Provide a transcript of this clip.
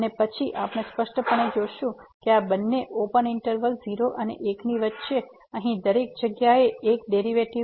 અને પછી આપણે સ્પષ્ટપણે જોશું કે આ બંને ઓપન ઈંટરવલ 0 અને 1 ની વચ્ચે અહીં દરેક જગ્યાએ 1 ડેરીવેટીવ છે